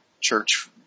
church